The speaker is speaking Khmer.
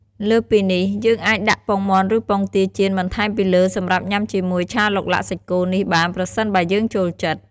លើសពីនេះ យើងអាចដាក់ពងមាន់ឬពងទាចៀនបន្ថែមពីលើសម្រាប់ញ៉ាំជាមួយឆាឡុកឡាក់សាច់គោនេះបាន ប្រសិនបើយើងចូលចិត្ត។